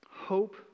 hope